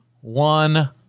one